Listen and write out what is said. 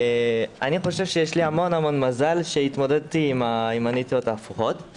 חושב שיש לי המון המון מזל שהתמודדתי עם הנטיות ההפוכות.